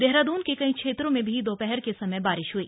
देहरादून के कई क्षेत्रों में भी दोपहर के समय बारिश हुई